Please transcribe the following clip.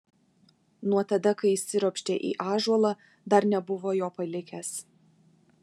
nuo tada kai įsiropštė į ąžuolą dar nebuvo jo palikęs